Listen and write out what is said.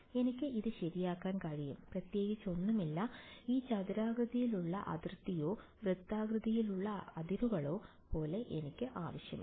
എനിക്ക് ഇത് ശരിയാക്കാൻ കഴിയും പ്രത്യേകിച്ചൊന്നുമില്ല ഒരു ചതുരാകൃതിയിലുള്ള അതിർത്തിയോ വൃത്താകൃതിയിലുള്ള അതിരുകളോ പോലെ എനിക്ക് ആവശ്യമില്ല